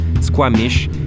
Squamish